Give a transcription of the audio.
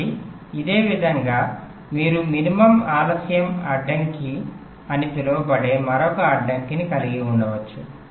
కాబట్టి ఇదే విధంగా మీరు మినిమం ఆలస్యం అడ్డంకి అని పిలువబడే మరొక అడ్డంకిని కలిగి ఉండవచ్చు